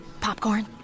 Popcorn